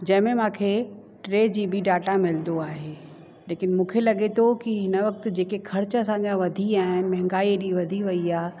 जंहिंमें मूंखे टे जी बी डाटा मिलंदो आहे लेकिन मूंखे लॻे थो की हिन वक्त जेके ख़र्चु असांजा वधिया आहिनि महांगाई एॾी वधी वई आहे